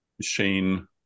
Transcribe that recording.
Shane